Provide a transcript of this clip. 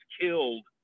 killed